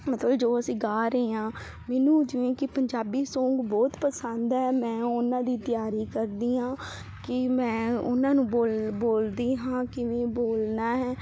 ਮਤਲਬ ਜੋ ਅਸੀਂ ਗਾ ਰਹੇ ਹਾਂ ਮੈਨੂੰ ਜਿਵੇਂ ਕਿ ਪੰਜਾਬੀ ਸੌਂਗ ਬਹੁਤ ਪਸੰਦ ਹੈ ਮੈਂ ਉਹਨਾਂ ਦੀ ਤਿਆਰੀ ਕਰਦੀ ਹਾਂ ਕਿ ਮੈਂ ਉਹਨਾਂ ਨੂੰ ਬੋਲ ਬੋਲਦੀ ਹਾਂ ਕਿਵੇਂ ਬੋਲਣਾ ਹੈ